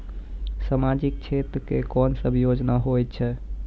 समाजिक क्षेत्र के कोन सब योजना होय छै?